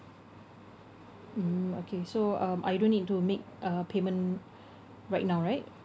mm okay so um I don't need to make uh payment right now right